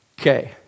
Okay